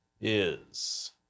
is-